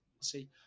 see